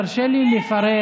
תרשה לי לפרט,